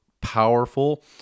powerful